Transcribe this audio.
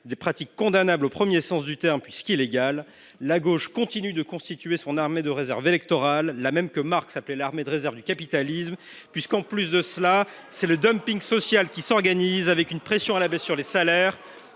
des pratiques condamnables au premier sens du terme, puisqu’elles sont illégales. La gauche continue de constituer son armée de réserve électorale, la même que Marx appelait l’armée de réserve du capitalisme, puisque c’est le dumping social qui s’organise avec une pression à la baisse sur les salaires.